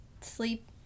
sleep